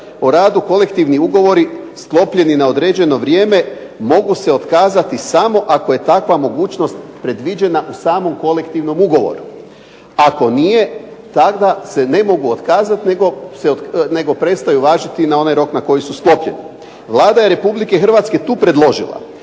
o radu kolektivni ugovori sklopljeni na određeno vrijeme mogu se otkazati samo ako je takva mogućnost predviđena u samom kolektivnom ugovoru. Ako nije, tada se ne mogu otkazat nego prestaju važiti na onaj rok na koji su sklopljeni. Vlada Republike Hrvatske je tu predložila